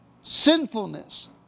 Sinfulness